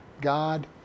God